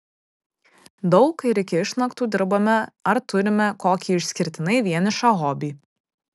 daug ir iki išnaktų dirbame ar turime kokį išskirtinai vienišą hobį